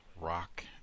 rock